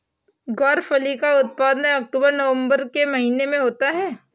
ग्वारफली का उत्पादन अक्टूबर नवंबर के महीने में होता है